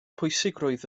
pwysigrwydd